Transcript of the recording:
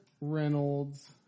Reynolds